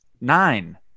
Nine